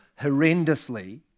horrendously